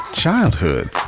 Childhood